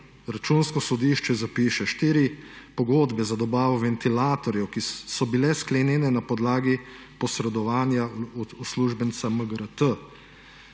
Računsko sodišče zapiše 4 pogodbe za dobavo ventilatorjev, ki so bile sklenjene na podlagi posredovanja uslužbenca MGRT